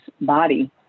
body